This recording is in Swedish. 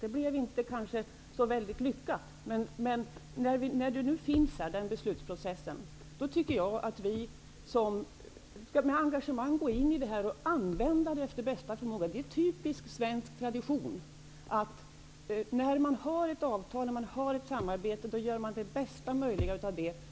Det blev kanske inte så väldigt lyckat, men när vi har en beslutsprocess tycker jag att vi med engagemang skall använda den efter bästa förmåga. Det är typisk svensk tradition att när man har ett avtal och ett samarbete göra det bästa möjliga av det.